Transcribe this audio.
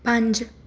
ਪੰਜ